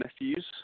nephews